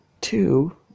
two